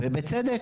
ובצדק,